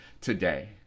today